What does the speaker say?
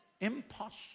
Impossible